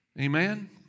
Amen